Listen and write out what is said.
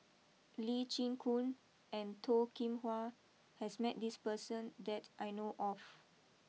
Lee Chin Koon and Toh Kim Hwa has met this person that I know of